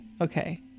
Okay